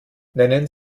nennen